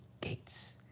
gates